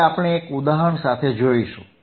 તે આપણે એક ઉદાહરણ સાથે જોઈશું